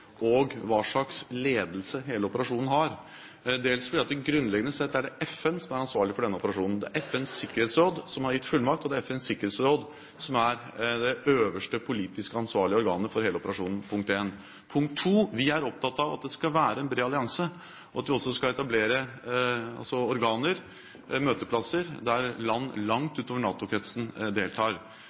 og hva slags ledelse hele operasjonen har, dels fordi det grunnleggende sett er FN som er ansvarlig for denne operasjonen. Det er FNs sikkerhetsråd som har gitt fullmakt, og det er FNs sikkerhetsråd som er det øverste politisk ansvarlige organet for hele operasjonen. Det er punkt nr. 1. Punkt nr. 2: Vi er opptatt av at det skal være en bred allianse, og at vi også skal etablere organer – møteplasser – der land langt utover NATO-kretsen deltar.